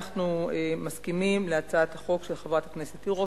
אנחנו מסכימים להצעת החוק של חברת הכנסת תירוש.